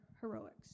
heroics